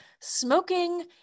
smoking